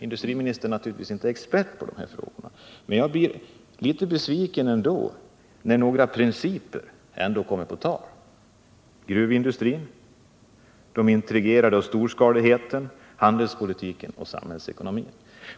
Industriministern är naturligtvis inte någon expert i dessa frågor, men jag blir ändå litet besviken när några principer kommer på tal. Gruvindustrin intrigerade om storskaligheten, handelspolitiken och samhällsekonomin.